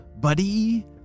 Buddy